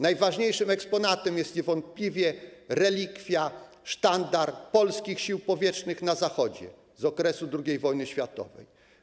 Najważniejszym eksponatem jest niewątpliwie relikwia - sztandar Polskich Sił Powietrznych na Zachodzie z okresu drugiej wojny światowej.